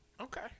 Okay